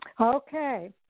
Okay